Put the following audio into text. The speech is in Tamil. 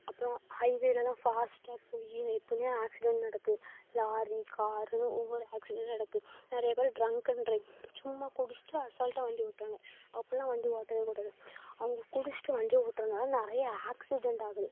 அப்புறோம் ஹைவேல எல்லாம் ஃபாஸ்ட்டாக போய் எத்தனையோ ஆக்ஸிடெண்ட் நடக்குது லாரி காருன்னு ஒவ்வொரு ஆக்ஸிடெண்ட்டும் நடக்குது நிறைய பேர் ட்ரங்க் அண்ட் ட்ரைவ் சும்மா குடிச்சிவிட்டு அசால்ட்டாக வண்டி ஓட்டுவாங்க அப்படிலாம் வண்டி ஓட்டவே கூடாது அவங்க குடிச்சிவிட்டு வண்டி ஓட்டுறதுனால நிறைய ஆக்ஸிடெண்ட் ஆகுது